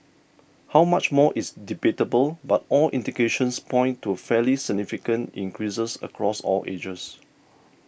how much more is debatable but all indications point to fairly significant increases across all ages